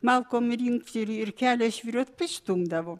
malkom rinkti ir ir kelią žvyruot pristumdavo